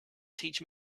teach